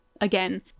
again